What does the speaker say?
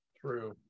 True